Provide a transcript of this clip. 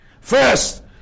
first